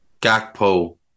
Gakpo